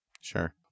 Sure